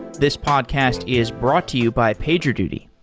this podcast is brought to you by pagerduty.